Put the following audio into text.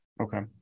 Okay